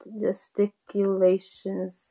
gesticulations